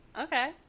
Okay